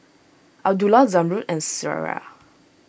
Abdullah Zamrud and Syirah